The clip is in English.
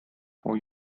for